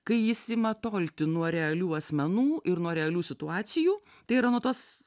kai jis ima tolti nuo realių asmenų ir nuo realių situacijų tai yra nuo tos